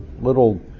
little